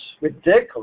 ridiculous